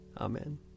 Amen